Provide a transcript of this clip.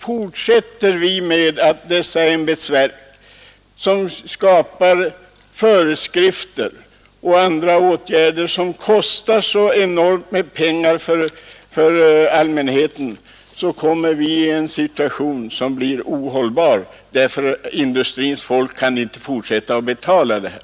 Fortsätter vi med att ha dessa ämbetsverk, vilka skapar föreskrifter och vidtar andra åtgärder som kostar så enormt mycket pengar för allmänheten, så kommer vi i en situation som blir ohållbar, för industrins folk kan inte fortsätta att betala allt detta.